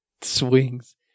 swings